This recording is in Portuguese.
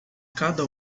cada